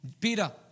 Peter